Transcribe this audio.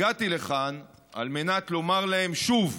הגעתי לכאן על מנת לומר להם שוב,